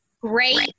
great